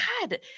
God